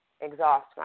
exhaust